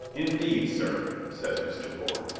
indeed, sir, says mr. bourne,